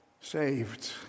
saved